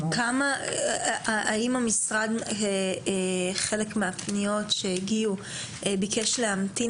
האם המשרד לגבי חלק מהפניות שהגיעו ביקש להמתין